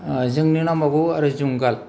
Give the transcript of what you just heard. जोंनो नांबावगौ आरो जुंगाल